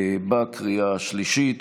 בקריאה השלישית.